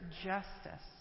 justice